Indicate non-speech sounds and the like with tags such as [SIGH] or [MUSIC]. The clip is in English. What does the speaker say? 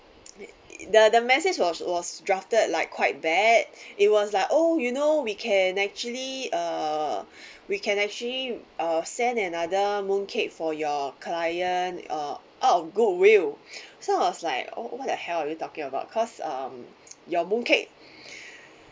the the message was was drafted like quite bad it was like oh you know we can actually uh [BREATH] we can actually uh send another mooncake for your client uh out of goodwill [BREATH] so I was like oh what the hell are you talking about cause um your mooncake [BREATH]